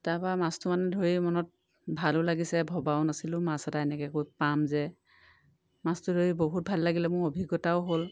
তাপা মাছটো মানে ধৰি মনত ভালো লাগিছে ভবাও নাছিলোঁ মাছ এটা এনেকৈ ক'ত পাম যে মাছটো ধৰি বহুত ভাল লাগিলে মোৰ অভিজ্ঞতাও হ'ল